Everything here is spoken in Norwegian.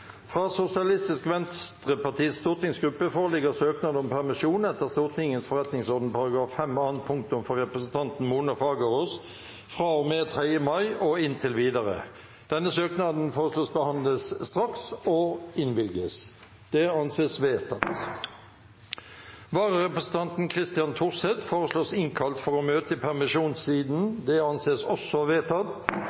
Fra Sosialistisk Venstrepartis stortingsgruppe foreligger søknad om permisjon etter Stortingets forretningsorden § 5 annet punktum for representanten Mona Fagerås fra og med 3. mai og inntil videre. Etter forslag fra presidenten ble enstemmig besluttet: Søknaden behandles straks og innvilges. Vararepresentanten, Christian Torset, innkalles for å møte i permisjonstiden.